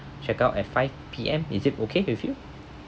check out at five P_M is it okay with you